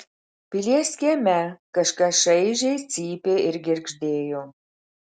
pilies kieme kažkas šaižiai cypė ir girgždėjo